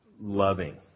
loving